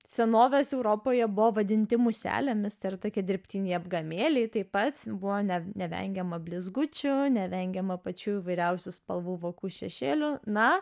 senovės europoje buvo vadinti muselėmis ir tokį dirbtinį apgamėlį taip pat buvo ne nevengiama blizgučių o nevengiama pačių įvairiausių spalvų vokų šešėlių na